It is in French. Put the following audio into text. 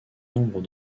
nombre